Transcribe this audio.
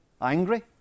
angry